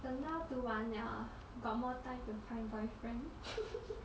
等到读完了 got more time to find boyfriend